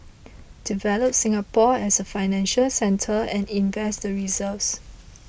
develop Singapore as a financial centre and invest the reserves